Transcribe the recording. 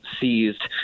seized